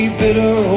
bitter